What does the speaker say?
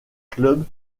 clubs